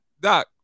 doc